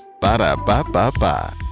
Ba-da-ba-ba-ba